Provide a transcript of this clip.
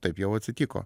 taip jau atsitiko